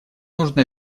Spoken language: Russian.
нужно